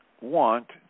want